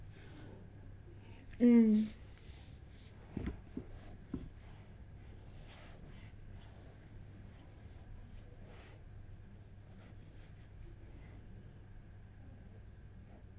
mm